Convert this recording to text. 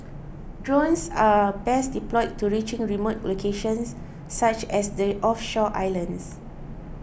drones are best deployed to reaching remote locations such as the offshore islands